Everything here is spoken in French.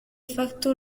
facto